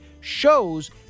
shows